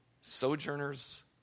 Sojourners